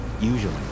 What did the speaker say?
Usually